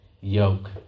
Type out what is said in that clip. yoke